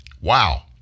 Wow